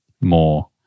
more